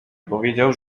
powiedział